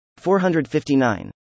459